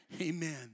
Amen